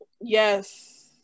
Yes